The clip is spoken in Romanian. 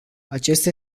acesta